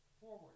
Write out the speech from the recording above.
forward